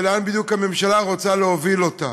ולאן בדיוק הממשלה רוצה להוביל אותה.